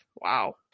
Wow